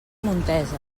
montesa